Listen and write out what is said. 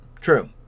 True